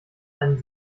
einen